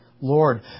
Lord